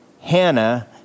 Hannah